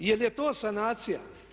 Jel je to sanacija.